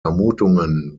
vermutungen